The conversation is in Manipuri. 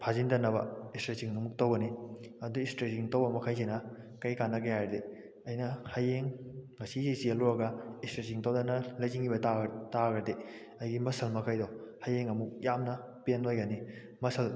ꯐꯥꯖꯤꯟꯗꯅꯕ ꯁ꯭ꯇꯔꯦꯆꯤꯡ ꯑꯃꯨꯛ ꯇꯧꯒꯅꯤ ꯑꯗꯨ ꯁ꯭ꯇꯔꯦꯆꯤꯡ ꯇꯧꯕ ꯃꯈꯩꯁꯤꯅ ꯀꯩ ꯀꯥꯟꯅꯒꯦ ꯍꯥꯏꯔꯗꯤ ꯑꯩꯅ ꯍꯌꯦꯡ ꯉꯁꯤꯁꯤ ꯆꯦꯜꯂꯨꯔꯒ ꯁ꯭ꯇꯔꯦꯆꯤꯡ ꯇꯧꯗꯅ ꯂꯩꯁꯤꯟꯈꯤꯕ ꯇꯥꯔꯒꯗꯤ ꯑꯩꯒꯤ ꯃꯁꯜ ꯃꯈꯩꯗꯣ ꯍꯌꯦꯡ ꯑꯃꯨꯛ ꯌꯥꯝꯅ ꯄꯦꯟ ꯑꯣꯏꯒꯅꯤ ꯃꯁꯜ